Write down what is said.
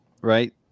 right